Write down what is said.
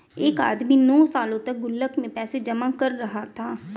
एक आदमी नौं सालों तक गुल्लक में पैसे जमा कर रहा था